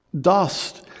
dust